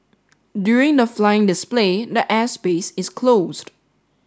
during the flying display the air space is closed